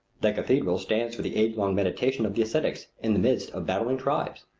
the cathedral stands for the age-long meditation of the ascetics in the midst of battling tribes.